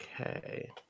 Okay